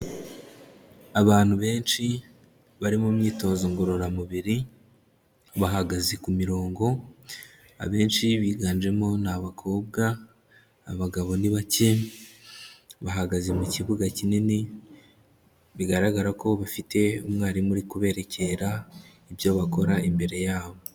Abantu benshi bari mu myitozo ngororamubiri, bahagaze ku mirongo, abenshi biganjemo ni abakobwa, abagabo ni bacye, bahagaze mu kibuga kinini, bigaragara ko bafite umwarimu uri kuberekera ibyo bakora imbere yabo.